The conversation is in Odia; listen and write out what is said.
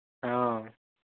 ହଁ